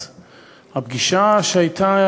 אז מהפגישה שהייתה,